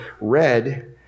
read